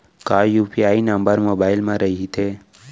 का UPI number mobile म रहिथे?